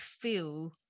feel